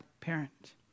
parent